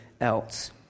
else